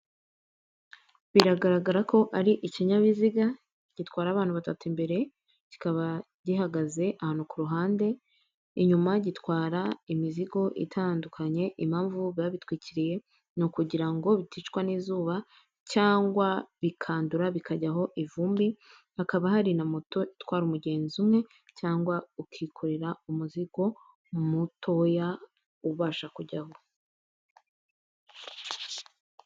Biragaragara ko ari ikinyabiziga gitwara abantu batatu imbere, kikaba gihagaze ahantu ku ruhande, inyuma gitwara imizigo itandukanye, impamvu biba bitwikiriye ni ukugira ngo biticwa n'izuba cyangwa bikandura, bikajyaho ivumbi, hakaba hari na moto itwara umugenzi umwe cyangwa ukikorera umuzigo mutoya ubasha kujyaho.